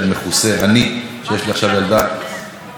אני, שיש לי עכשיו ילדה בת שנה.